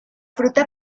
fruta